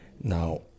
Now